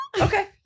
Okay